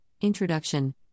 Introduction